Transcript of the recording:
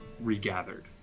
regathered